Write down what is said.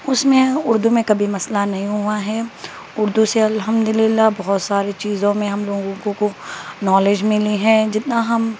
اس میں اردو میں کبھی مسئلہ نہیں ہوا ہے اردو سے الحمدللہ بہت ساری چیزوں میں ہم لوگوں کو کو نالج ملی ہے جتنا ہم